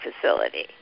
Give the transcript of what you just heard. facility